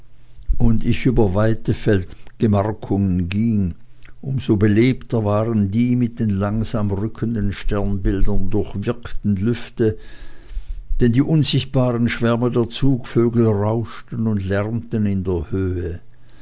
und ich über weite feldgemarkungen ging um so belebter waren die mit den langsam rückenden sternbildern durchwirkten lüfte denn die unsichtbaren schwärme der zugvögel rauschten und lärmten in der höhe